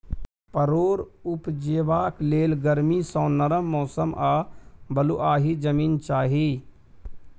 परोर उपजेबाक लेल गरमी सँ नरम मौसम आ बलुआही जमीन चाही